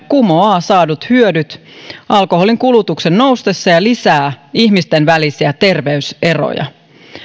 kumoaa saadut hyödyt alkoholinkulutuksen noustessa ja lisää ihmisten välisiä terveyseroja